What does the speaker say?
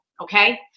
Okay